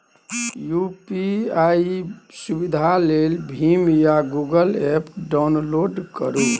UPI सुविधा लेल भीम या गुगल एप्प डाउनलोड करु